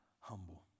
humble